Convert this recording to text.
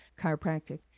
chiropractic